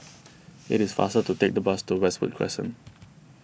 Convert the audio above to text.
it is faster to take the bus to Westwood Crescent